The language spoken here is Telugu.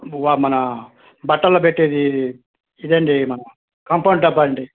వా మనా బట్టల్లో పెట్టేది ఇదండీ మన కంఫర్ట్ డబ్బా అండి